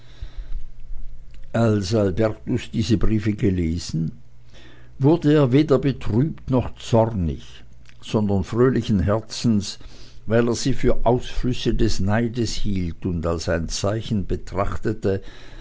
als albertus diese briefe gelesen wurde er weder betrübt noch zornig sondern fröhlichen herzens weil er sie für ausflüsse des neides hielt und als ein zeichen betrachtete